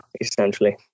essentially